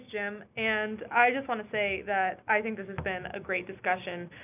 jim and i just wanna say that i think this has been a great discussion,